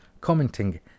commenting